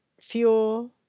fuel